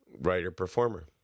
writer-performer